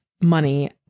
money